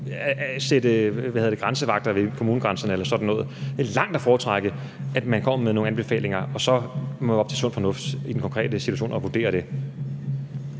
sætte grænsevagter ved kommunegrænserne eller sådan noget. Det er langt at foretrække, at man kommer med nogle anbefalinger, og så må det være op til sund fornuft i den konkrete situation at vurdere det.